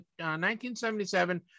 1977